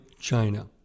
China